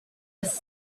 was